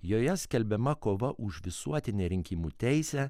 joje skelbiama kova už visuotinę rinkimų teisę